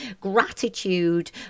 gratitude